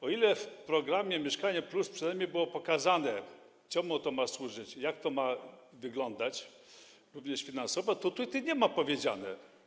O ile w programie „Mieszkanie+” przynajmniej było pokazane, czemu to ma służyć, jak to ma wyglądać, również finansowo, to tutaj nie jest to powiedziane.